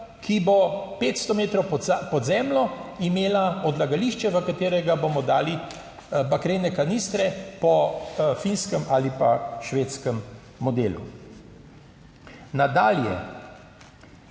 ki bo 500 metrov pod zemljo imela odlagališče v katerega bomo dali bakrene kanistre po finskem ali pa švedskem modelu. Nadalje,